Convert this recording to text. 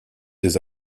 des